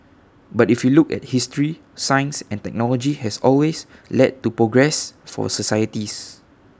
but if you look at history science and technology has always led to progress for societies